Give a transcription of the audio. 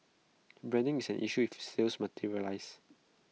branding is an issue if A sales materialises